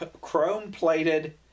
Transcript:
chrome-plated